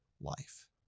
life